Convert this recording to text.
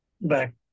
back